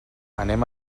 anem